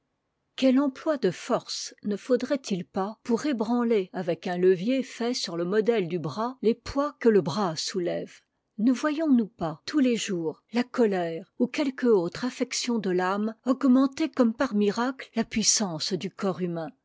quel emploi de force ne faudrait-il pas pour ébranler avec un levier fait sur le modèle du bras tes poids que le bras sou ève ne voyons-nous pas tous les jours la colère ou quelque autre affection de l'âme augmenter comme par miracle la puissance du corps humain